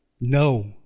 No